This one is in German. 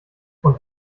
und